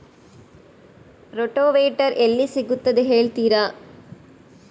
Rotavator ಎಲ್ಲಿ ಸಿಗುತ್ತದೆ ಹೇಳ್ತೇರಾ?